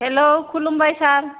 hello खुलुमबाय सार